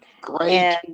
Great